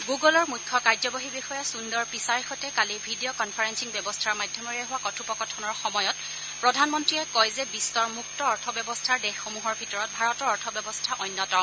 গুণ্ডলৰ মুখ্য কাৰ্যবাহী বিষয়া সুন্দৰ পিচাইৰ সৈতে কালি ভিডিঅ' কনফাৰেলিং ব্যৱস্থাৰ মাধ্যমেৰে হোৱা কথোপকথনৰ সময়ত প্ৰধানমন্ত্ৰীয়ে কয় যে বিশ্বৰ মূক্ত অৰ্থব্যৱস্থাৰ দেশসমূহৰ ভিতৰত ভাৰতৰ অৰ্থব্যৱস্থা অন্যতম